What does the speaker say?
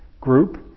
group